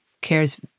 cares